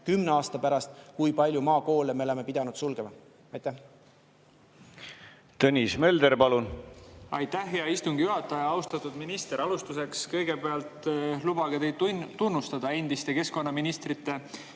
kümne aasta pärast, kui palju maakoole me oleme pidanud sulgema. Aitäh!